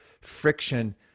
friction